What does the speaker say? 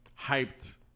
hyped